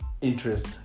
interest